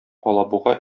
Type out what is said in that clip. алабуга